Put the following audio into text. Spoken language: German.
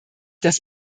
dass